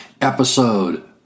episode